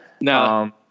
No